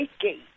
Gate